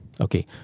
Okay